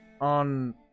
on